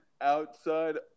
outside